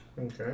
Okay